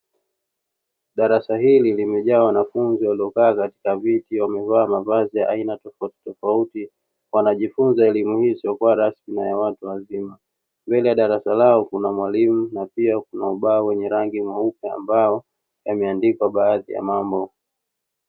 Darasa hili limejaa wanafunzi waliokaa katika viti wamevaa mavazi ya aina tofauti tofauti wanajifunza elimu hii isiyokuarasmi na ya watu wazima. Mbele ya darasa lao kuna mwallimu na pia kuna ubao wa rangi nyeupe ambao yameandikwa baadhi ya mambo.